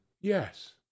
yes